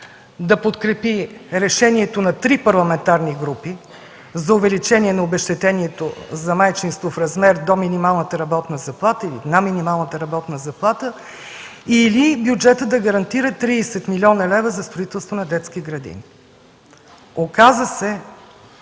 да подкрепи решението на три парламентарни групи за увеличение на обезщетението за майчинство в размер до минималната работна заплата или на минималната работна заплата, или бюджетът да гарантира 30 млн. лв. за строителство на детски градини. В началото